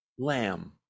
lamb